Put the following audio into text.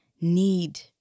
need